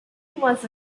was